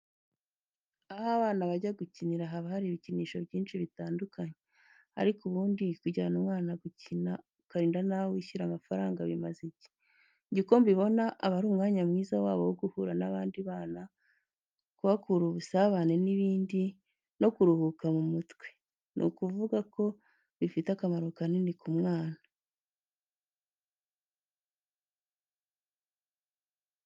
Aho abana bajya gukinira haba hari ibikinisho byinshi bitandukanye, ariko ubundi kujyana umwana gukina ukarinda naho wishyura amafaranga bimaze iki? Njye uko mbibona aba ari umwanya mwiza wabo wo guhura n'abandi bana, kuhakura ubusabane n'abandi no kuruhuka mu mutwe, ni ukuvuga ko bifite akamaro kanini ku mwana.